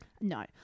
No